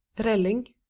relling,